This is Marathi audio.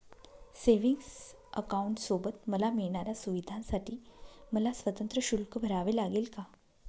सेविंग्स अकाउंटसोबत मला मिळणाऱ्या सुविधांसाठी मला स्वतंत्र शुल्क भरावे लागेल का?